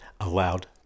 allowed